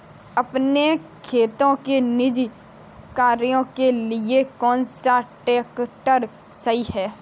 अपने खेती के निजी कार्यों के लिए कौन सा ट्रैक्टर सही है?